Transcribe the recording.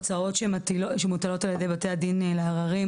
הוצאות שמוטלות על ידי בתי הדין לערערים,